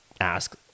ask